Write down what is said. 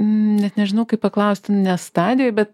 net nežinau kaip paklausti ne stadijoj bet